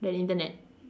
the Internet